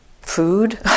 food